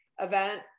event